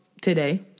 today